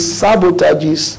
sabotages